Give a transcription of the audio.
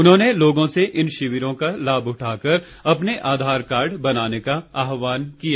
उन्होंने लोगों से इन शिविरों का लाभ उठाकर अपने आधार कार्ड बनाने का आहवान किया है